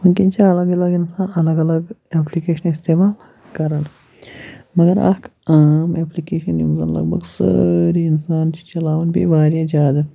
وِنۍکٮ۪ن چھِ الگ الگ اِنسان الگ الگ اٮ۪پلِکیشنہٕ استعمال کَران مگر اَکھ عام اٮ۪پلِکیشن یِم زَن لگ بگ سٲری اِنسان چھِ چَلاوان بیٚیہِ واریاہ زیادٕ